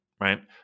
right